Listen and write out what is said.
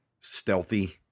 stealthy